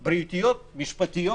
בריאותיות, משפטיות.